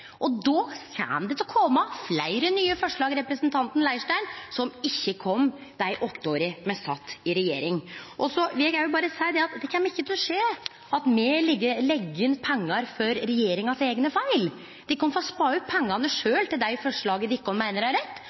og då kjem det til å kome fleire nye forslag, representant Leirstein, som ikkje kom dei åtte åra me sat i regjering. Så vil eg òg berre seie at det kjem ikkje til å skje at me legg inn pengar for regjeringa sine eigne feil. De kan få spa opp pengane sjølv til dei forslaga som de meiner er rette, og så skal me leggje fram eit budsjettforslag i form av det